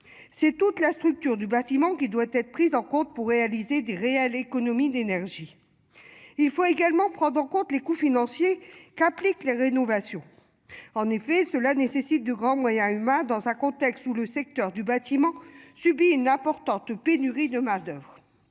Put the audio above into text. C'est toute la structure du bâtiment qui doit être prise en compte pour réaliser de réelles économies d'énergie. Il faut également prendre en compte les coûts financiers qu'appliquent les rénovations. En effet, cela nécessite de grands moyens humains dans un contexte où le secteur du bâtiment subi une importante pénurie de main-d'oeuvre.